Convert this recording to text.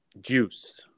juice